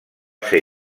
ser